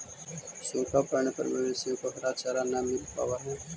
सूखा पड़ने पर मवेशियों को हरा चारा न मिल पावा हई